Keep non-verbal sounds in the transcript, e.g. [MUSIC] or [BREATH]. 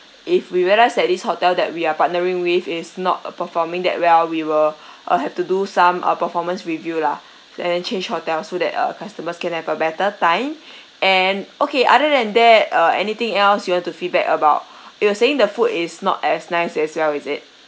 if we realise that this hotel that we are partnering with is not uh performing that well we will [BREATH] uh have to do some uh performance review lah and then change hotels so that uh customers can have a better time [BREATH] and okay other than that uh anything else you want to feedback about you were saying the food is not as nice as well is it